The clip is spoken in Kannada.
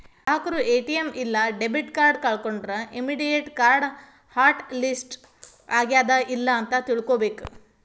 ಗ್ರಾಹಕರು ಎ.ಟಿ.ಎಂ ಇಲ್ಲಾ ಡೆಬಿಟ್ ಕಾರ್ಡ್ ಕಳ್ಕೊಂಡ್ರ ಇಮ್ಮಿಡಿಯೇಟ್ ಕಾರ್ಡ್ ಹಾಟ್ ಲಿಸ್ಟ್ ಆಗ್ಯಾದ ಇಲ್ಲ ಅಂತ ತಿಳ್ಕೊಬೇಕ್